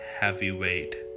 heavyweight